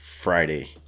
Friday